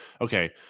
Okay